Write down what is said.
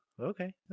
Okay